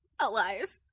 Alive